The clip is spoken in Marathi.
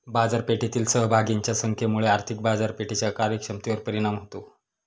बाजारपेठेतील सहभागींच्या संख्येमुळे आर्थिक बाजारपेठेच्या कार्यक्षमतेवर परिणाम होतो